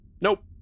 Nope